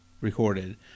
recorded